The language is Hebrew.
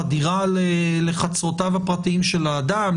חדירה לחצרותיו הפרטיים של האדם,